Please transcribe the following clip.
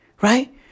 right